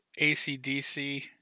ACDC